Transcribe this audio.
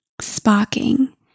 sparking